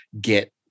get